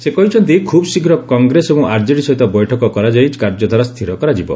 ସେ କହିଛନ୍ତି ଖୁବ୍ ଶୀଘ୍ର କଂଗ୍ରେସ ଏବଂ ଆର୍ଜେଡି ସହିତ ବୈଠକ କରାଯାଇ କାର୍ଯ୍ୟଧାରା ସ୍ଥିର କରାଯିବ